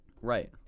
Right